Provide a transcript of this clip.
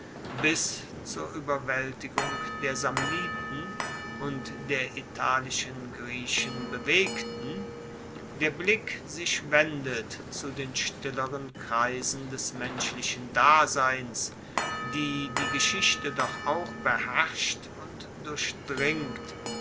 bis zur ueberwaeltigung der samniten und der italischen griechen bewegten der blick sich wendet zu den stilleren kreisen des menschlichen daseins die die geschichte doch auch beherrscht und durchdringt